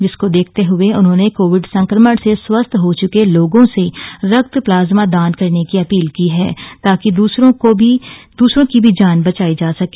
जिसको देखते हुए उन्होंने कोविड संक्रमण से स्वस्थ हो चुके लोगों से रक्त प्लाज्मा दान करने की अपील की है ताकि दूसरो की भी जान बचाई जा सके